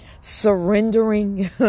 Surrendering